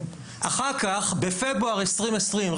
אחר כך בפברואר 2020,